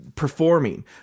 performing